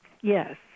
Yes